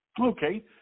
Okay